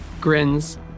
grins